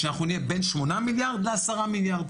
שאנחנו נהיה בין 8 מיליארד ל-10 מיליארד.